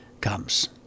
comes